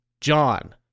john